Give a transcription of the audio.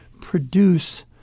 produce